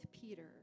Peter